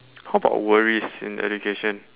how about worries in education